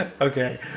Okay